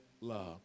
love